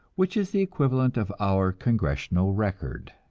which is the equivalent of our congressional record.